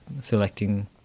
selecting